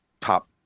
top